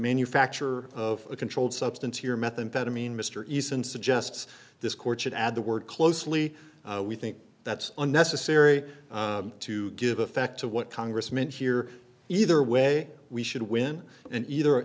manufacture of a controlled substance here methamphetamine mr eason suggests this court should add the word closely we think that's unnecessary to give effect to what congress meant here either way we should win and either